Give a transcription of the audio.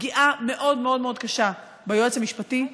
פגיעה מאוד קשה ביועץ המשפטי,